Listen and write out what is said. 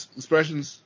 expressions